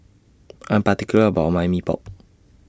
I'm particular about My Mee Pok